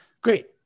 Great